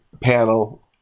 panel